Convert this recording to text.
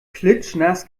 klitschnass